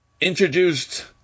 introduced